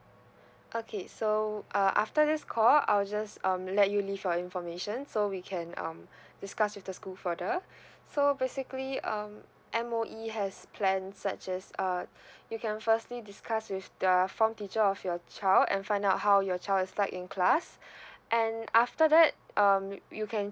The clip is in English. okay so uh after this call I'll just um let you leave your information so we can um discuss with the school further so basically um M_O_E has plan such as uh you can firstly discuss with the form teacher of your child and find out how your child is like in class and after that um you can